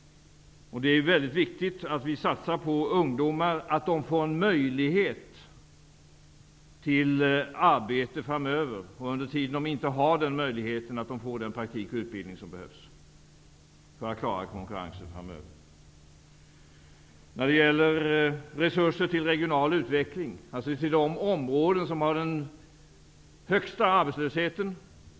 Det är viktigt att vi satsar på att ungdomar får en möjlighet till arbete framöver och även att de medan de inte har den möjligheten får den praktik och utbildning som behövs för att klara konkurrensen framöver. Vi har i vår regering ökat resurserna till regional utveckling av de områden som har den högsta arbetslösheten.